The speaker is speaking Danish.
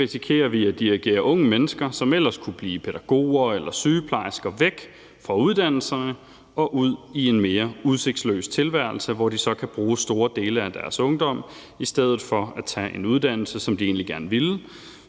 risikerer vi at dirigere unge mennesker, som ellers kunne blive pædagoger eller sygeplejersker, væk fra uddannelserne og ud i en mere udsigtsløs tilværelse, hvor de så kan bruge store dele af deres ungdom i stedet for at tage en uddannelse, som de egentlig gerne ville,